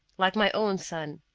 like my own son